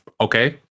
okay